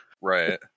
right